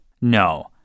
No